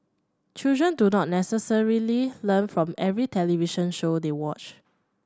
children do not necessarily learn from every television show they watch